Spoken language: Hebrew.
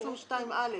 22(א),